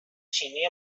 چینی